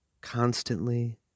Constantly